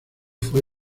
fue